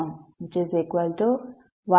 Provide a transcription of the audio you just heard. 11 x ಆಗುತ್ತದೆ